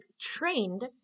trained